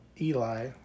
Eli